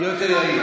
יהיה יותר יעיל.